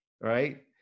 right